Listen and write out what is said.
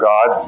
God